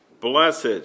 blessed